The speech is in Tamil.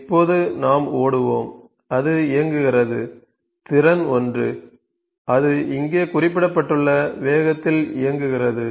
இப்போது நாம் ஓடுவோம் அது இயங்குகிறது திறன் ஒன்று அது இங்கே குறிப்பிடப்பட்டுள்ள வேகத்தில் இயங்குகிறது